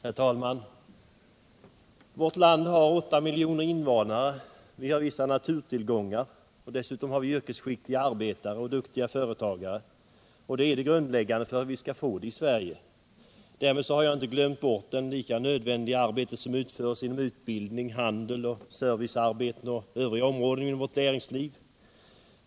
Herr talman! Vårt land har 8 miljoner invånare, vi har vissa naturtillgångar, och dessutom har vi yrkesskickliga arbetare och duktiga företagare. Detta är grundläggande för hur vi skall få det i Sverige. Därmed har jag inte glömt bort det lika nödvändiga arbete som utförs inom utbildning, handel, servicenäringar och övriga områden av vårt näringsliv.